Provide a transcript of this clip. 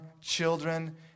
children